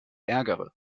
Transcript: ärgere